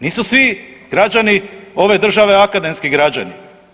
Nisu svi građani ove države akademski građani.